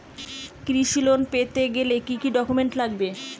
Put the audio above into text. কৃষি লোন পেতে গেলে কি কি ডকুমেন্ট লাগবে?